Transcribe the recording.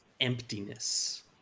emptiness